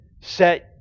Set